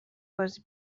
بازی